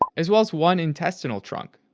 um as well as one intestinal trunk.